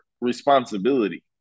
responsibility